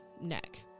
neck